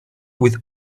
with